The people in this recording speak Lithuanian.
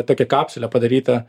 tokia kapsulė padaryta